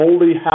Holy